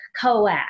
coax